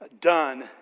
done